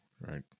Right